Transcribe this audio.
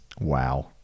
Wow